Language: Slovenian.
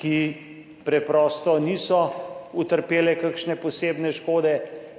ki preprosto niso utrpele kakšne posebne škode